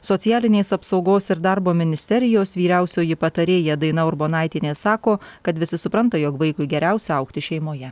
socialinės apsaugos ir darbo ministerijos vyriausioji patarėja daina urbonaitienė sako kad visi supranta jog vaikui geriausia augti šeimoje